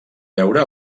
veure